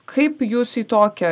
kaip jūs į tokią